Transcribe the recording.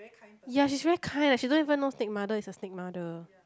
ya she's very kind eh she don't even know snake mother is a snake mother